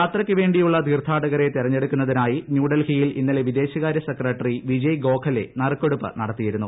യാത്രയ്ക്ക് വേണ്ടിയുള്ള തീർത്ഥാടകരെ തെരഞ്ഞെടുക്കുന്നതിനായി ന്യൂഡൽഹിയിൽ ഇന്നലെ വിദേശ കാര്യ സെക്രട്ടറി വിജയ്ഗോഖലെ നറുക്കെടുപ്പ് നടത്തിയിരുന്നു